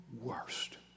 worst